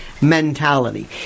mentality